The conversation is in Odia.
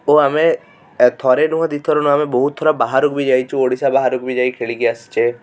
ଓ ଆମେ ଥରେ ନୁହେଁ ଦୁଇଥର ନୁହଁ ଆମେ ବହୁତ ଥର ବାହାରକୁ ବି ଯାଇଛୁ ଓଡ଼ିଶା ବାହାରକୁ ଯାଇ ଖେଳିକି ଆସିଛେ